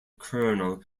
colonel